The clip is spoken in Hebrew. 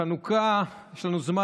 בחנוכה יש לנו זמן,